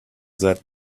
that